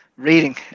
reading